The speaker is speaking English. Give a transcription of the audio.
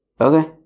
Okay